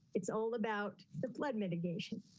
it's all about the flood mitigation.